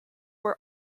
were